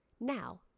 Now